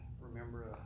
remember